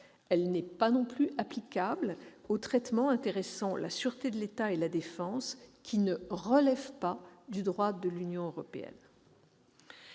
Elle n'est pas non plus applicable aux traitements intéressant la sûreté de l'État et la défense qui ne relèvent pas du droit de l'Union européenne.